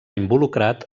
involucrat